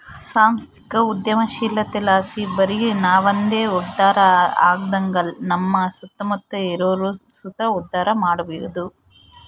ಸಾಂಸ್ಥಿಕ ಉದ್ಯಮಶೀಲತೆಲಾಸಿ ಬರಿ ನಾವಂದೆ ಉದ್ಧಾರ ಆಗದಂಗ ನಮ್ಮ ಸುತ್ತಮುತ್ತ ಇರೋರ್ನು ಸುತ ಉದ್ಧಾರ ಮಾಡಬೋದು